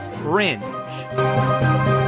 Fringe